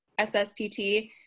SSPT